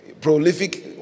prolific